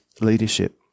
leadership